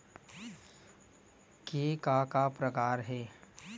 के का का प्रकार हे?